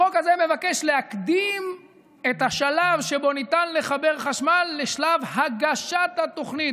החוק הזה מבקש להקדים את השלב שבו ניתן לחבר חשמל לשלב הגשת התוכנית.